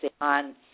on